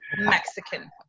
mexican